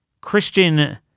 Christian